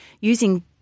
using